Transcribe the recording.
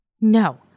No